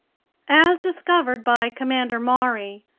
as discovered by commander maury,